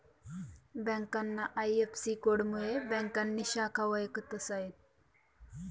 ब्यांकना आय.एफ.सी.कोडमुये ब्यांकनी शाखा वयखता येस